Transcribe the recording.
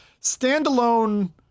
Standalone